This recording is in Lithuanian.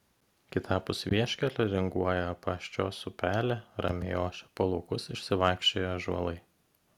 kitapus vieškelio ringuoja apaščios upelė ramiai ošia po laukus išsivaikščioję ąžuolai